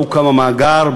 לא הוקם המאגר.